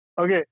Okay